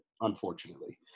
unfortunately